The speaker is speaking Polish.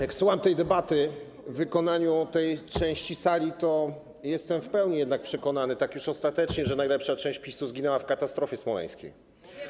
Jak słucham tej debaty w wykonaniu tej części sali, to jestem w pełni jednak przekonany, tak już ostatecznie, że najlepsza część PiS-u zginęła w katastrofie smoleńskiej.